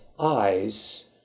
Eyes